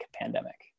pandemic